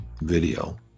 video